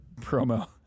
promo